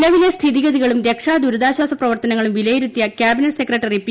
നിലവിലെ സ്ഥിതിഗതികളും രക്ഷാ ദുരിതാശ്വാസ പ്രവർത്തനങ്ങളും വിലയിരുത്തിയ ക്യാബിനെറ്റ് സെക്രട്ടറി പി